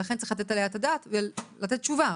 ולכן צריך לתת עליה את הדעת ולתת תשובה.